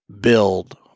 build